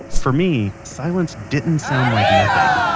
ah for me, silence didn't sound like nothing.